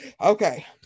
okay